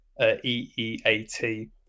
EEAT